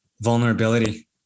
vulnerability